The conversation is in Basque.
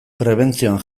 prebentzioan